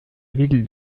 ville